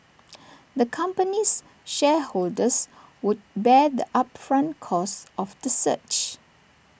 the company's shareholders would bear the upfront costs of the search